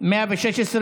116